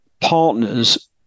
partners